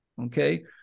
okay